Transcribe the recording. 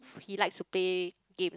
he like to play games